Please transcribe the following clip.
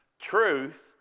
truth